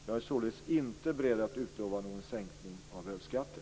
Jag är således inte beredd att utlova någon sänkning av ölskatten.